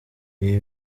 ibi